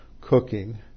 cooking